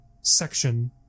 section